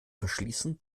verschließen